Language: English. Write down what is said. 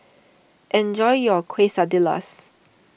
enjoy your Quesadillas